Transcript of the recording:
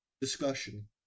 discussion